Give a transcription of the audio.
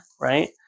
Right